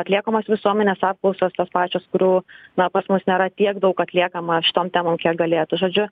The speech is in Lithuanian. atliekamos visuomenės apklausos tos pačios kurių na pas mus nėra tiek daug atliekama šitom temom kiek galėtų žodžiu